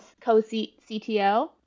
co-CTO